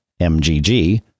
MGG